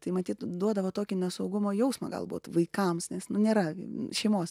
tai matyt duodavo tokį nesaugumo jausmą galbūt vaikams nes nu nėra gi šeimos